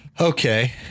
Okay